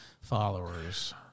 followers